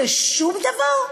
זה שום דבר?